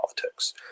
politics